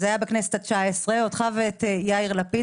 אותך ויאיר לפיד.